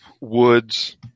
woods